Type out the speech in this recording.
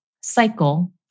cycle